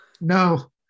No